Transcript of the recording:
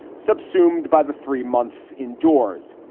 subsumed by the three months indoors.